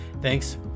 thanks